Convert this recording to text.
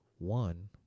One